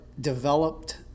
developed